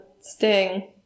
Sting